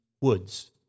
woods